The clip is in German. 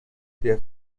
der